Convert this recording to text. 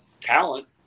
talent